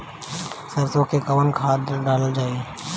सरसो मैं कवन खाद डालल जाई?